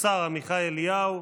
השר עמיחי אליהו,